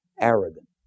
Arrogant